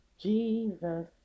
Jesus